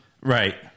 Right